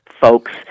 folks